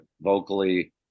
vocally